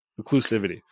inclusivity